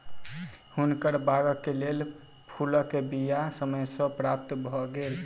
हुनकर बागक लेल फूलक बीया समय सॅ प्राप्त भ गेल